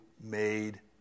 made